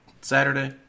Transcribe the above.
saturday